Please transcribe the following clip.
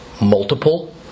multiple